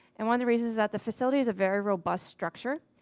and one of the reasons is that the facility is a very robust structure.